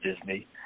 Disney